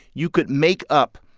you could make up,